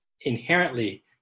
inherently